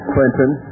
Clinton